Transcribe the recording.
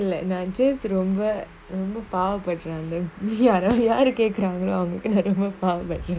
ரொம்பபாவப்படறேன்லயாருகேக்குறாங்களோஅவங்களுக்குரொம்பபாவப்படறேன்:romba pavapadren yaru kekurangalo avangaluku romba pavapadren